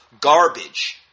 garbage